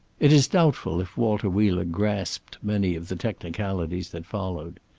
it is doubtful if walter wheeler grasped many of the technicalities that followed.